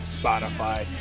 Spotify